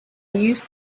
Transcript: used